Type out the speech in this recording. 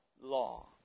law